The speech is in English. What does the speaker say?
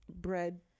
bread